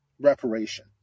reparation